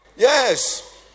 Yes